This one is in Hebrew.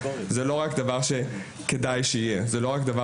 זה לא רק דבר שכדאי שיהיה; זה לא רק דבר